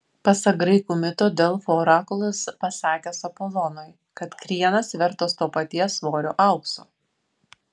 pasak graikų mito delfų orakulas pasakęs apolonui kad krienas vertas to paties svorio aukso